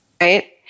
right